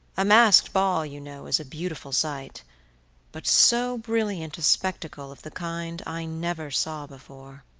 a masked ball, you know, is a beautiful sight but so brilliant a spectacle of the kind i never saw before.